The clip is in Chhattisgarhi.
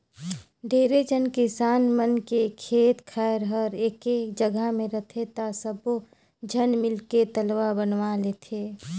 ढेरे झन किसान मन के खेत खायर हर एके जघा मे रहथे त सब्बो झन मिलके तलवा बनवा लेथें